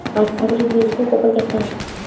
अंकुरित बीज को कोपल कहते हैं